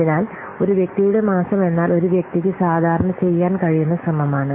അതിനാൽ ഒരു വ്യക്തിയുടെ മാസം എന്നാൽ ഒരു വ്യക്തിക്ക് സാധാരണ ചെയ്യാൻ കഴിയുന്ന ശ്രമമാണ്